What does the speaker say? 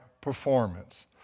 performance